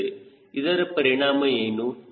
ಇದರ ಪರಿಣಾಮ ಏನು